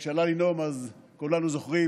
זכרו לברכה, כשעלה לנאום, כולנו זוכרים